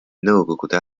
nõukogude